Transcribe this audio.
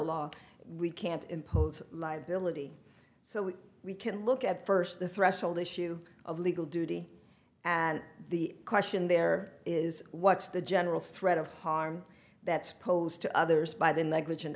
law we can't impose liability so we can look at first the threshold issue of legal duty and the question there is what's the general threat of harm that supposed to others by the negligent